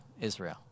Israel